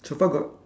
so far got